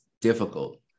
difficult